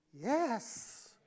Yes